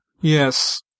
Yes